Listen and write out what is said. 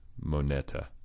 Moneta